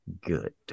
good